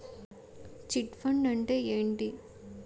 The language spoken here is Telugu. చిట్ ఫండ్ అంటే ఏంటి?